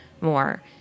more